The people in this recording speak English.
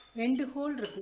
and the holes